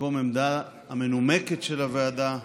במקום העמדה המנומקת של הוועדה,